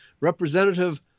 Representative